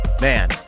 Man